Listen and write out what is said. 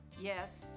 Yes